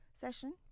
session